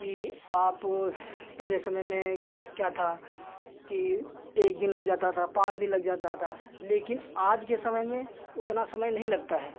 कि आप पहले समय में क्या था कि एक दिन लग जाता था पाँच दिन लग जाता था लेकिन आज के समय में उतना समय नहीं लगता है